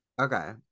okay